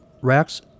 racks